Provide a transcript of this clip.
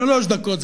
שלוש דקות,